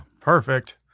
Perfect